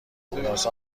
خلاصه